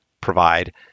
provide